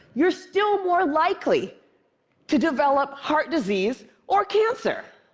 you're still more likely to develop heart disease or cancer.